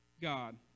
God